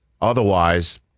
Otherwise